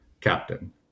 captain